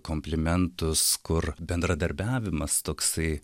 komplimentus kur bendradarbiavimas toksai